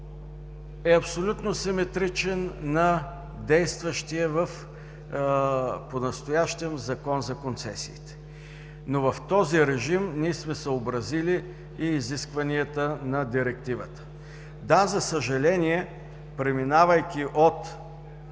е абсолютно симетричен на действащия понастоящем Закон за концесиите. В този режим ние сме съобразили и изискванията на Директивата. Да, за съжаление, преминавайки от